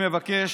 אני מבקש: